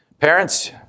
Parents